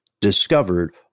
discovered